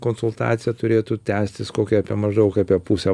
konsultacija turėtų tęstis kokia apie maždaug apie pusę